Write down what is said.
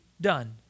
done